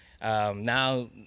Now